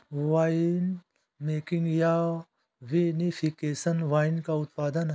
winemaking या vinification wine का उत्पादन है